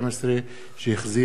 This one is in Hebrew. שהחזירה ועדת החוקה,